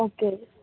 okay